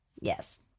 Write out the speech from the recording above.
Yes